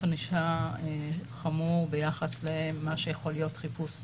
ענישה חמור ביחס למה שיכול להיות חיפוש